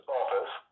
office